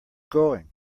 going